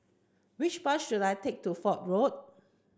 which bus should I take to Fok Road